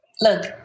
Look